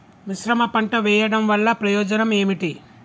మిశ్రమ పంట వెయ్యడం వల్ల ప్రయోజనం ఏమిటి?